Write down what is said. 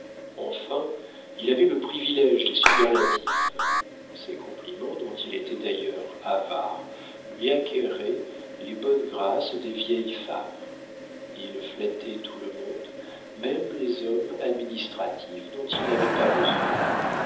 enfin il avait le privilége des superlatifs ses compliments dont il était d'ailleurs avare lui acquéraient les bonnes grâces des vieilles femmes ils flattaient tout le monde même les hommes administratifs dont il n'avait pas besoin